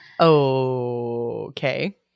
Okay